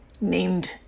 named